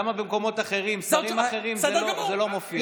למה במקומות אחרים, אצל שרים אחרים, זה לא מופיע?